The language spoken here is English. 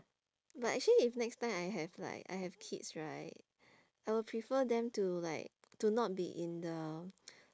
but actually if next time I have like I have kids right I will prefer them to like to not be in the